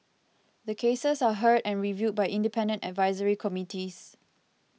the cases are heard and reviewed by independent advisory committees